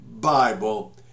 Bible